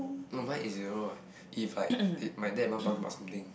no mine is you know right if like if my dad and mom talking about something